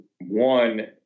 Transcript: one